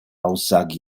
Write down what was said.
aussage